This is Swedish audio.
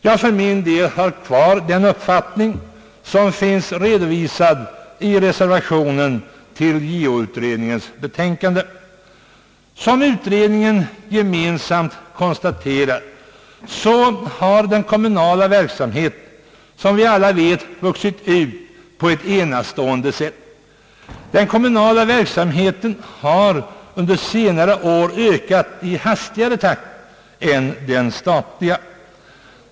Jag för min del har kvar den uppfattningen som finns redovisad i reservationen till JO utredningens betänkande. Som utredningen gemensamt konstaterar har den kommunala verksamheten, som alla vet, vuxit ut på ett enastående sätt. Den kommunala verksamheten har under senare år ökat i hastigare takt än den statliga.